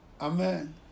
Amen